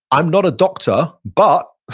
i'm not a doctor but